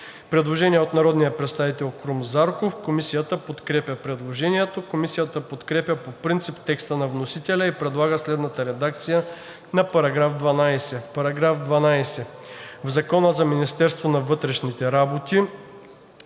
Предложение от народния представител Крум Зарков. Комисията подкрепя предложението. Комисията подкрепя по принцип текста на вносителя и предлага следната редакция на § 12: „§ 12. В Закона за Министерството на вътрешните работи